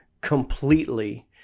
completely